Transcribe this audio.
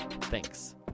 Thanks